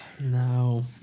No